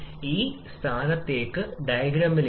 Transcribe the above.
പൊതുവായി പ്രകാരം volume nitrogen ഓക്സിജന്റെ 3